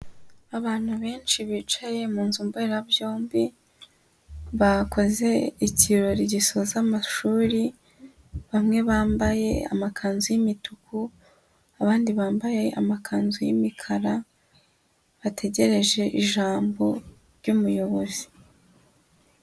Abantu benshi bicaye mu nzu mbonerabyombi bakoze ikirori gisoza amashuri bamwe bambaye amakanzu y'imituku, abandi bambaye amakanzu y'imikara bategereje ijambo ry'umuyobozi.